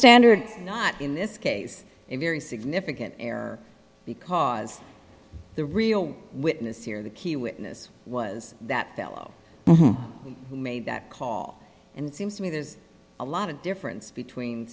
standard not in this case a very significant error because the real witness here the key witness was that i made that call and it seems to me there's a lot of difference between